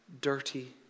dirty